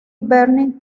bernie